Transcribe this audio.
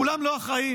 כולם לא אחראים,